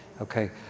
Okay